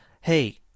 hey